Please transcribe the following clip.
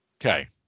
Okay